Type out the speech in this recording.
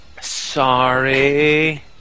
sorry